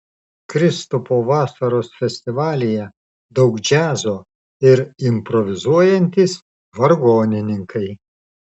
kristupo vasaros festivalyje daug džiazo ir improvizuojantys vargonininkai